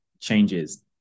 changes